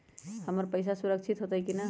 हमर पईसा सुरक्षित होतई न?